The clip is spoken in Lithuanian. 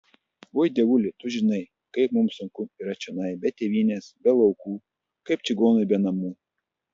oi dievuli tu žinai kaip mums sunku yra čionai be tėvynės be laukų kaip čigonui be namų